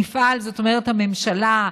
"נפעל" זאת אומרת הממשלה,